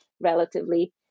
relatively